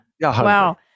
Wow